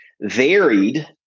varied